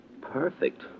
Perfect